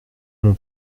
mon